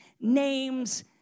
name's